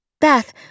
Beth